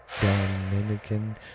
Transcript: Dominican